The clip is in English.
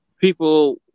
people